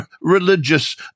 religious